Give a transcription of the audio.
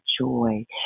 joy